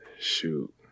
Shoot